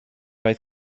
oedd